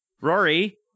Rory